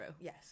Yes